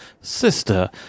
sister